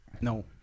no